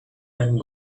and